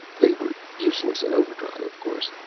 they were useless in overdrive, of course,